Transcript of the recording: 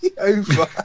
over